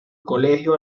colegio